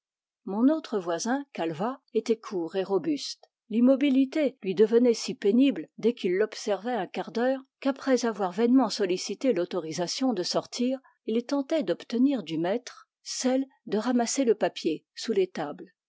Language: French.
mon autre voisin calvat était court et robuste l'immobilité lui devenait si pénible dès qu'il l'observait un quart d'heure qu'après avoir vainement sollicité l'autorisation de sortir il tentait d'obtenir du maître celle de ramasser le papier sous les tables